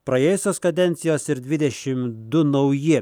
praėjusios kadencijos ir dvidešimt du nauji